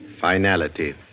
Finality